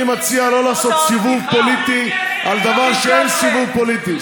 אני מציע לא לעשות סיבוב פוליטי על דבר שאין סיבוב פוליטי,